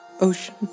Ocean